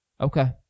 Okay